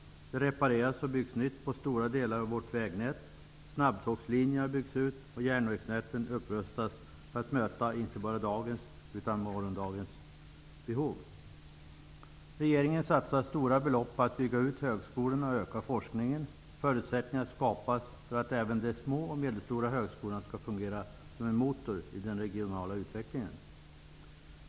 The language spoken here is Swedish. Det repareras och byggs nytt på stora delar av vårt vägnät. Snabbtågslinjerna byggs ut och järnvägsnätet upprustas för att möta inte bara dagens utan också morgondagens behov. Regeringen satsar stora belopp på att bygga ut högskolorna och öka forskningen. Förutsättningar skapas för att även de små och medelstora högskolorna skall fungera som en motor i den regionala utvecklingen.